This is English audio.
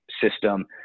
system